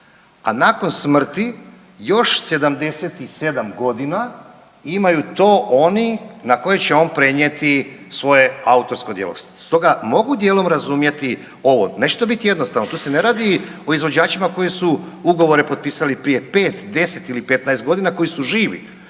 a nakon smrti još 77 godina imaju to oni na koje će on prenijeti svoje autorsko djelo. Stoga mogu djelom razumjeti ovo, neće to biti jednostavno, to se ne radi o izvođačima koji su ugovore potpisali prije 5, 10 ili 15 godina koji su živi,